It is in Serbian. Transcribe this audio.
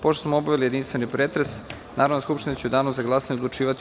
Pošto smo obavili jedinstveni pretres, Narodna skupština će u danu za glasanje odlučivati o